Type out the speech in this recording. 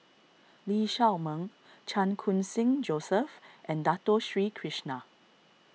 Lee Shao Meng Chan Khun Sing Joseph and Dato Sri Krishna